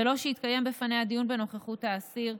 בלא שיתקיים בפניה דיון בנוכחות האסיר,